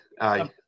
aye